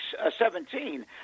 2017